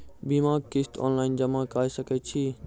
बीमाक किस्त ऑनलाइन जमा कॅ सकै छी?